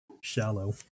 shallow